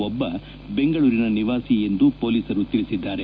ಒಬ್ಬ ಬೆಂಗಳೂರಿನ ನಿವಾಸಿ ಎಂದು ಪೊಲೀಸರು ತಿಳಿಸಿದ್ದಾರೆ